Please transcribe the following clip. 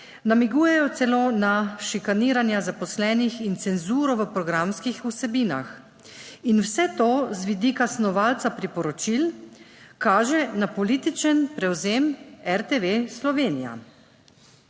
namigujejo celo na šikaniranja zaposlenih in cenzuro v programskih vsebinah. In vse to z vidika snovalca priporočil kaže na političen prevzem RTV Slovenija.